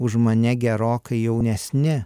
už mane gerokai jaunesni